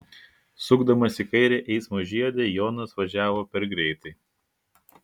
sukdamas į kairę eismo žiede jonas važiavo per greitai